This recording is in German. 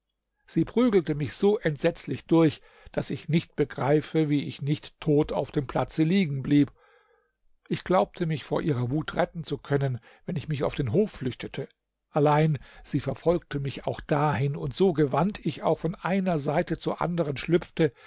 sie prügelte mich so entsetzlich durch daß ich nicht begreife wie ich nicht tot auf dem platze liegen blieb ich glaubte mich vor ihrer wut retten zu können wenn ich mich in den hof flüchtete allein sie verfolgte mich auch dahin und so gewandt ich auch von einer seite zur anderen schlüpfte